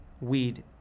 weed